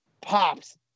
Pops